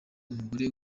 umugore